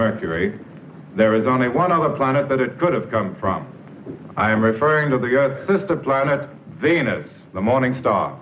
mercury there is only one other planet that it could have come from i'm referring to the god that's the planet venus the morning star